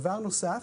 דבר נוסף,